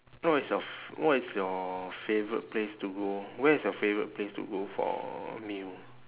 what is your f~ what is your favourite place to go where is your favourite place to go for a meal